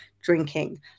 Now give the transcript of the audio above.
drinking